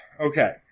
okay